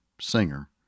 singer